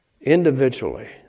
individually